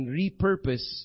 repurpose